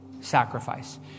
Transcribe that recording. sacrifice